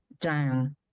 down